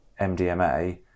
MDMA